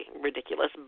ridiculous